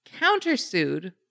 countersued